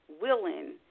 willing